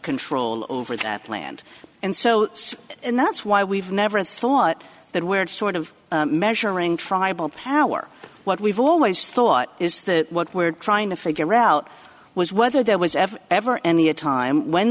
control over that land and so that's why we've never thought that we're sort of measuring tribal power what we've always thought is that what we're trying to figure out was whether there was ever any a time when